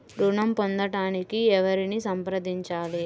ఋణం పొందటానికి ఎవరిని సంప్రదించాలి?